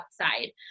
outside